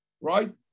right